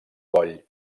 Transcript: coll